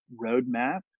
roadmap